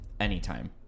anytime